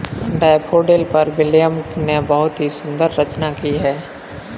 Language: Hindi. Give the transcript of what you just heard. डैफ़ोडिल पर विलियम ने बहुत ही सुंदर रचना की है